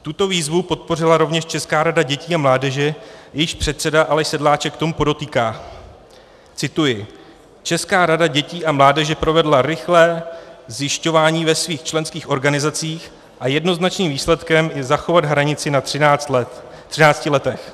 Tuto výzvu podpořila rovněž Česká rada dětí a mládeže, jejíž předseda Aleš Sedláček k tomu podotýká cituji: Česká rada dětí a mládeže provedla rychlé zjišťování ve svých členských organizacích a jednoznačným výsledkem je zachovat hranici na 13 letech.